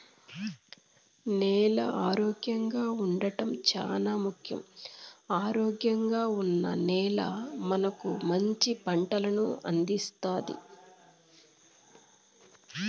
నేల ఆరోగ్యంగా ఉండడం చానా ముఖ్యం, ఆరోగ్యంగా ఉన్న నేల మనకు మంచి పంటలను అందిస్తాది